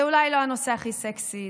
זה אולי לא הנושא הכי סקסי,